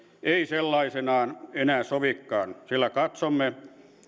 ei sellaisenaan enää sovikaan sillä katsomme